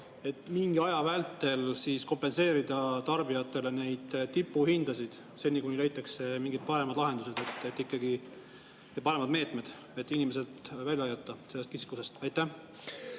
et mingi aja vältel kompenseerida tarbijatele neid tipu hindasid, seni kuni leitakse mingid paremad lahendused või paremad meetmed, et inimesed välja aidata sellest kitsikusest? Aitäh,